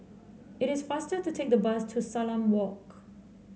it is faster to take the bus to Salam Walk